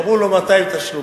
אמרו לו, 200 תשלומים.